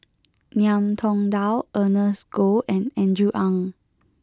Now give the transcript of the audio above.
Ngiam Tong Dow Ernest Goh and Andrew Ang